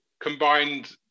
combined